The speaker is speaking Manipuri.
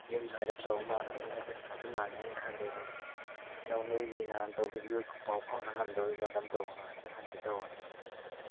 ꯌꯨꯝꯁꯨ ꯍꯥꯏꯔꯞ ꯆꯥꯎꯕ ꯃꯥꯟꯅꯕꯅꯤꯅ ꯄꯩꯁꯥꯁꯨ ꯃꯥꯟꯅꯅꯦꯅ ꯈꯟꯂꯦ ꯑꯗꯨ ꯅꯈꯣꯏꯒꯤ ꯅꯍꯥꯟ ꯇꯧꯈꯤꯕꯗꯣ ꯄꯥꯎ ꯐꯥꯎꯅꯕ ꯉꯝꯗꯣꯔꯤꯕ ꯀꯔꯝ ꯇꯧꯕꯅꯣ ꯍꯥꯏꯐꯦꯠ ꯍꯪꯒꯦ ꯇꯧꯕꯅꯤ